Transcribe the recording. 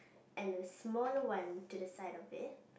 and a smaller one to the side of it